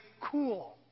cool